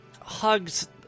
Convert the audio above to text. hugs